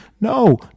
No